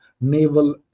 naval